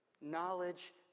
knowledge